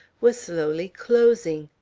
was slowly closing.